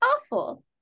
awful